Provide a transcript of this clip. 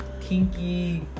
kinky